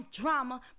Drama